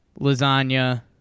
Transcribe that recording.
lasagna